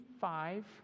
five